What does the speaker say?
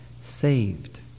saved